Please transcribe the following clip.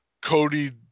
Cody